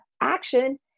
Action